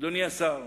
אדוני השר,